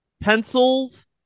pencils